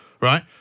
right